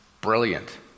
Brilliant